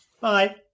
Bye